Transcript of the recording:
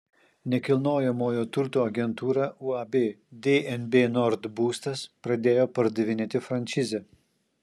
nekilnojamojo turto agentūra uab dnb nord būstas pradėjo pardavinėti franšizę